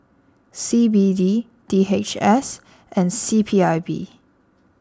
C B D D H S and C P I B